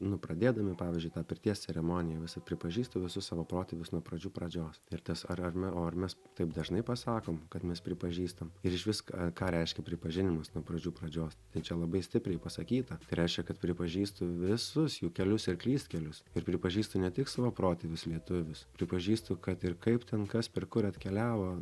nu pradėdami pavyzdžiui tą pirties ceremoniją visi pripažįsta visus savo protėvius nuo pradžių pradžios ir tas ar ar me o ar mes taip dažnai pasakom kad mes pripažįstam ir išvis ką ką reiškia pripažinimas nuo pradžių pradžios i čia labai stipriai pasakyta tai reiškia kad pripažįstu visus jų kelius ir klystkelius ir pripažįstu ne tik savo protėvius lietuvius pripažįstu kad ir kaip ten kas per kur atkeliavo